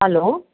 hello